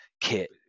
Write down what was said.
kit